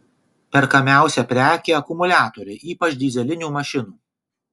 perkamiausia prekė akumuliatoriai ypač dyzelinių mašinų